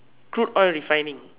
crude oil refining